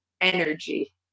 energy